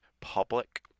public